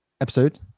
episode